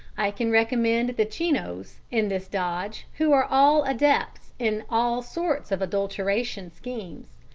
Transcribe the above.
i can recommend the chinos in this dodge, who are all adepts in all sorts of adulteration schemes.